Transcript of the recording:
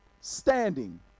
standing